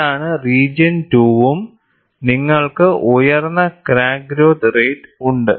അതാണ് റീജിയൺ 2 ഉം നിങ്ങൾക്ക് ഉയർന്ന ക്രാക്ക് ഗ്രോത്ത് റേറ്റ് ഉണ്ട്